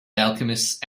alchemist